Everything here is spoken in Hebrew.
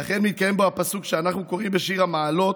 ואכן מתקיים בו הפסוק שאנחנו קוראים בשיר המעלות: